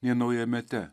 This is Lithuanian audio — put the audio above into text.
nei naujamete